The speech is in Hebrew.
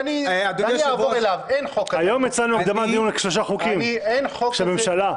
היום הצבענו על הקדמת דיון על שלושה חוקים של הממשלה.